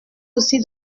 aussi